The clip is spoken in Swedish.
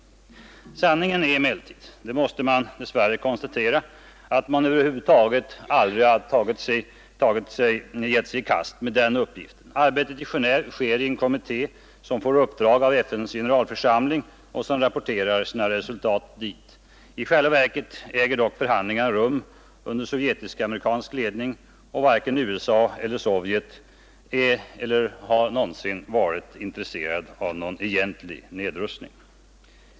Sanningen är emellertid att man över huvud taget aldrig gett sig i kast med den uppgiften. Arbetet i Genéve sker inom en kommitté som får uppdrag av FN:s generalförsamling och som rapporterar sina resultat dit. I själva verket äger dock förhandlingarna rum under sovjetisk-amerikansk ledning och varken USA eller Sovjet är eller har någonsin varit intresserade av någon egentlig nedrustning.